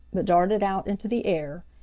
but darted out into the air,